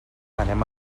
anem